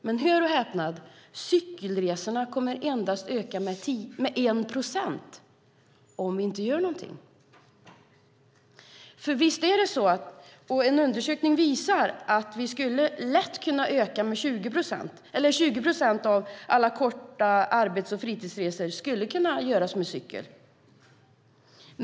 Men cykelresorna kommer bara att öka med 1 procent om vi inte gör något. En undersökning visar att 20 procent av alla kortväga arbets och fritidsresor skulle kunna göras med cykel.